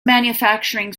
manufacturing